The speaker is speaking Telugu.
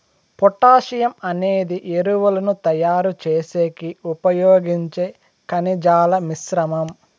పొటాషియం అనేది ఎరువులను తయారు చేసేకి ఉపయోగించే ఖనిజాల మిశ్రమం